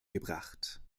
gebracht